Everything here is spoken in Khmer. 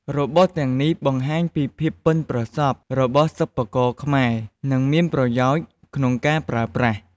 របស់ទាំងនេះបង្ហាញពីភាពប៉ិនប្រសប់របស់សិប្បករខ្មែរ និងមានប្រយោជន៍ក្នុងការប្រើប្រាស់។